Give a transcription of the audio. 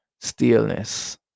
stillness